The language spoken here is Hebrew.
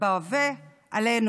ובהווה עלינו,